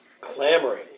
Clamoring